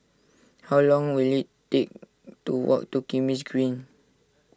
how long will it take to walk to Kismis Green